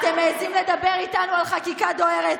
אתם מעיזים לדבר איתנו על חקיקה דוהרת?